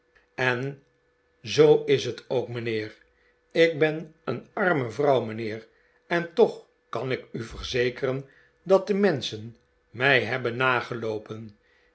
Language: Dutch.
en zoo is het ook mijnheer ik ben een arme vrouw mijnheer en toch kan ik u verzekeren dat de menschen mij hebben nageloopen